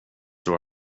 tror